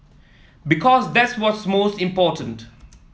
because that's what's most important